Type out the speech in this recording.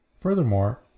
Furthermore